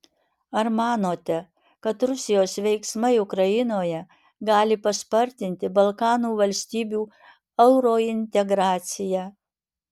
ar manote kad rusijos veiksmai ukrainoje gali paspartinti balkanų valstybių eurointegraciją